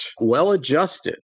well-adjusted